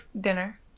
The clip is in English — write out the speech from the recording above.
dinner